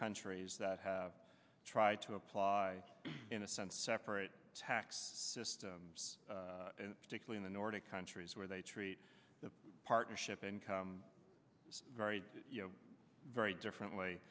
countries that have tried to apply in a sense separate tax system particularly the nordic countries where they treat the partnership income very very differently